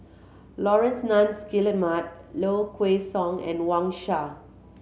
Laurence Nunns Guillemard Low Kway Song and Wang Sha